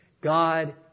God